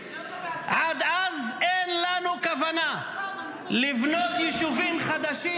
עד אז אין לנו כוונה לבנות יישובים חדשים